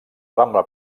rambla